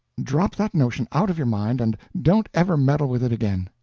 drop that notion out of your mind, and don't ever meddle with it again.